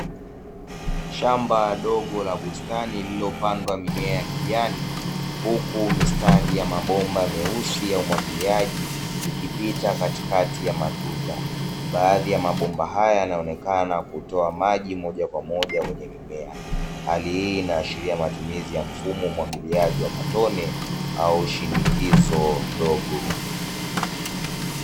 Shamba dogo la bustani lilopandwa mimea ya kinani lilopandwa mimea inayotumia kilimo cha matone